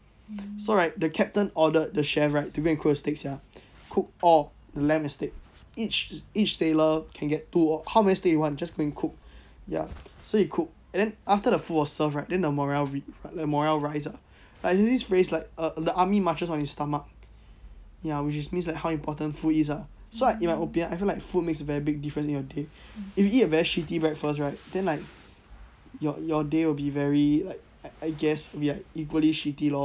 so right the captain ordered the chef right to go and cook the stick [sial] cook all the lamp and stick each each sailor can get two how amny stick you want just go and cook ya so he cook ya so he cook and then after the food was serve right then the moral read the moral rise ah like this raise like err the army mushes on his stomach which means like how important food is ah so like in my opinion I feel like food makes very big difference in your day if you eat a very shitty breakfast right then like your your day will be very like I guess will like equally shitty lor